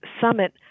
summit